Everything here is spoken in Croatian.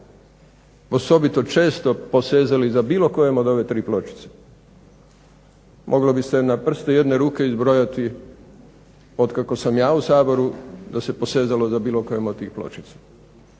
osobito često posezali za bilo kojom od ove tri pločice moglo bi se na prste jedne ruke izbrojati od kako sam ja u Saboru da se posezalo za bilo kojom od tih pločica.